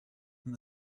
than